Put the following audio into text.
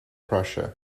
prussia